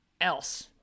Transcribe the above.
else